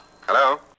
hello